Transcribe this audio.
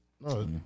No